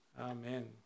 Amen